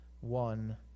one